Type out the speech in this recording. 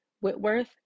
Whitworth